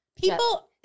People